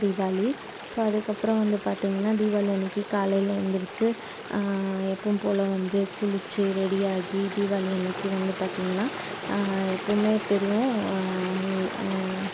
Deepavali so அதுக்கப்பறம் வந்து பார்த்திங்கனா தீபாளி அன்னைக்கு காலையில் எழுந்துருச்சி எப்போவும் போல் வந்து குளித்து ரெடி ஆகி தீபாளி அன்னைக்கு வந்து பார்த்திங்கனா எப்பவும் தெரியும்